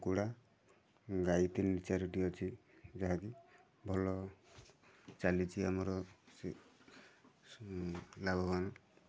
କୁକୁଡ଼ା ଗାଈ ତିନି ଚାରୋଟି ଅଛି ଯାହାକି ଭଲ ଚାଲିଛି ଆମର ଲାଭବାନ